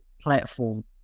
platform